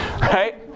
Right